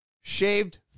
shaved